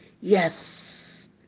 Yes